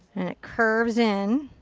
and it curves in.